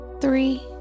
three